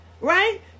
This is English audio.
Right